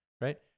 Right